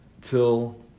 till